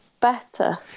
Better